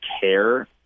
care